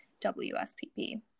WSPP